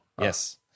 yes